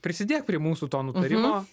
prisidėk prie mūsų to nutarimo